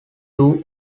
two